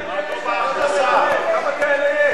כמה כאלה יש?